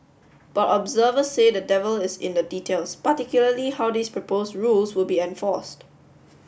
but observers say the devil is in the details particularly how these proposed rules would be enforced